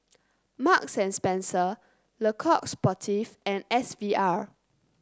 Marks and Spencer Le Coq Sportif and S V R